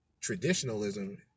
traditionalism